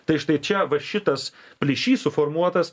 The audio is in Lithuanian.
tai štai čia va šitas plyšys suformuotas